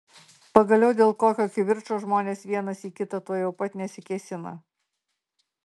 pagaliau dėl kokio kivirčo žmonės vienas į kitą tuojau pat nesikėsina